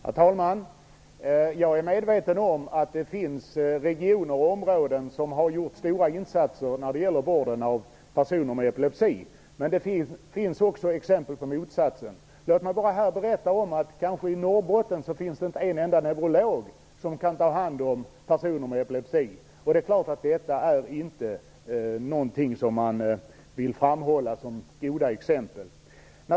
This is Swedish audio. Herr talman! Jag är medveten om att det finns regioner och områden där stora insatser har gjorts när det gäller vården av personer med epilepsi, men det finns också exempel på motsatsen. I Norrbotten finns det inte en enda neurolog som kan ta hand om personer med epilepsi. Detta är inte någonting som man vill framhålla som ett gott exempel.